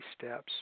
steps